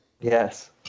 Yes